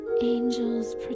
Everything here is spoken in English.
angels